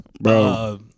bro